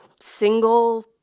single